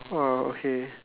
!wow! okay